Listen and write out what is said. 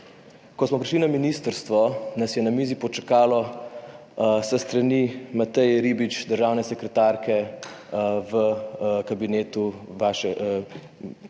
Ko smo prišli na ministrstvo, nas je na mizi počakalo poročilo s strani Mateje Ribič, državne sekretarke v kabinetu vašega